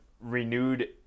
renewed